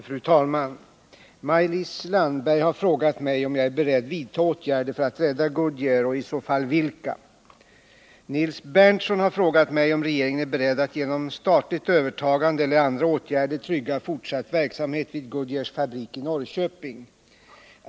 Fru talman! Maj-Lis Landberg har frågat mig om jag är beredd vidta åtgärder för att rädda Goodyear — och i så fall vilka. Nils Berndtson har frågat mig om regeringen är beredd att genom statligt övertagande eller andra åtgärder trygga fortsatt verksamhet vid Goodyears fabrik i Norrköping.